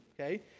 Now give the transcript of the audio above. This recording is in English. okay